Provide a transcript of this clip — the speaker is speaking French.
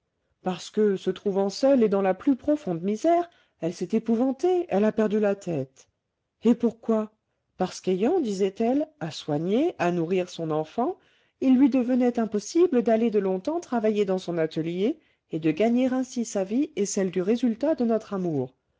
parce que se trouvant seule et dans la plus profonde misère elle s'est épouvantée elle a perdu la tête et pourquoi parce qu'ayant disait-elle à soigner à nourrir son enfant il lui devenait impossible d'aller de longtemps travailler dans son atelier et de gagner ainsi sa vie et celle du résultat de notre amour